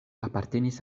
apartenis